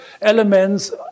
elements